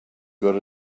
got